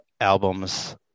albums